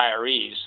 retirees